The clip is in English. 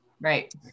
Right